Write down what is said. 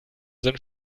sind